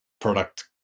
product